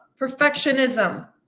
perfectionism